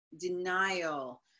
denial